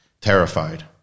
terrified